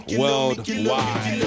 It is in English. worldwide